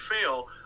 fail